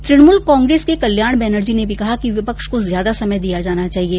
Trinamool Congress र्क कल्याण बेनर्जी ने भी कहा कि विपक्ष को ज्यादा समय दिया जाना चाहिये